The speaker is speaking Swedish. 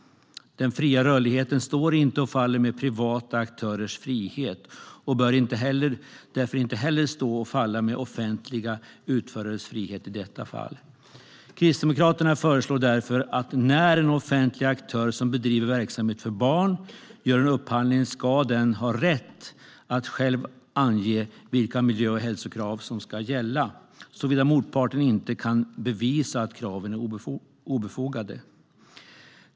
Den fria rörligheten står och faller inte med privata aktörers frihet och bör därför inte heller stå och falla med offentliga utförares frihet i detta fall. Kristdemokraterna föreslår därför att när en offentlig aktör som bedriver verksamhet för barn gör en upphandling ska den ha rätt att själv ange vilka miljö och hälsokrav som ska gälla, såvida motparten inte kan bevisa att kraven är obefogade.